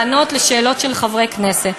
לענות על שאלות של חברי כנסת?